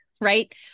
right